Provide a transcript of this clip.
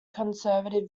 conservative